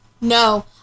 no